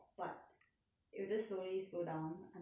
it'll just slowly slow down until it's very slow